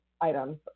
items